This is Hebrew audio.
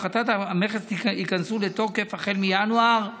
שמשרד החינוך היה צריך לעשות, הודעתי.